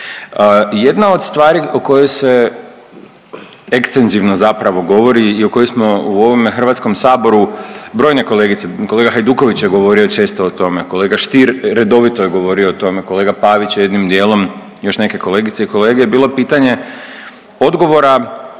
Jedna od stvari o kojoj se ekstenzivno zapravo govori i o kojoj smo u ovom Hrvatskom saboru brojne kolegice, kolega Hajduković je govorio često tome, kolega Stier redovito je govorio o tome, kolega Pavić je jednim dijelom i još neke kolegice i kolege bilo pitanje odgovora